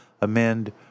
amend